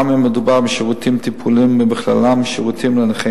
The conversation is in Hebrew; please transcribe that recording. גם אם מדובר בשירותים טיפוליים ובכללם שירותים לנכי